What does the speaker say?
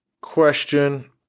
question